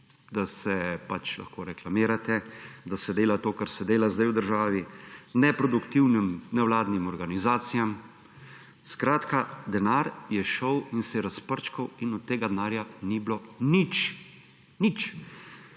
da se lahko reklamirate, da se dela to, kar se dela zdaj v državi, neproduktivnim nevladnim organizacijam. Skratka, denar je šel in se je razprčkal in od tega denarja ni bilo nič. Nič.